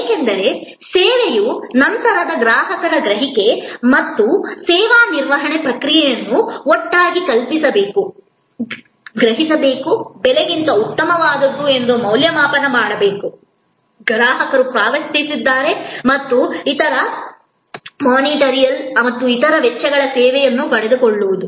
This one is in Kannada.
ಏಕೆಂದರೆ ಸೇವೆಯ ನಂತರದ ಗ್ರಾಹಕರ ಗ್ರಹಿಕೆ ಮತ್ತು ಸೇವಾ ವಿತರಣಾ ಪ್ರಕ್ರಿಯೆಯನ್ನು ಒಟ್ಟಾಗಿ ಕಲ್ಪಿಸಿಕೊಳ್ಳಬೇಕು ಗ್ರಹಿಸಬೇಕು ಬೆಲೆಗಿಂತ ಉತ್ತಮವಾದದ್ದು ಎಂದು ಮೌಲ್ಯಮಾಪನ ಮಾಡಬೇಕು ಗ್ರಾಹಕರು ಪಾವತಿಸಿದ್ದಾರೆ ಮತ್ತು ಇತರ ಮಾನಿಟರಿಯಲ್ಲದ ಇತರ ವೆಚ್ಚ ಸೇವೆಯನ್ನು ಪಡೆದುಕೊಳ್ಳುವುದು